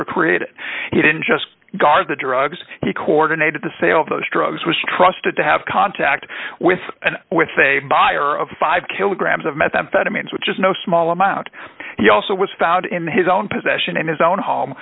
were created he didn't just guard the drugs he coordinated the sale of those drugs was trusted to have contact with and with a buyer of five kilograms of methamphetamines which is no small amount he also was found in his own possession in his own home